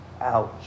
Ouch